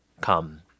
come